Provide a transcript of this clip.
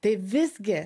tai visgi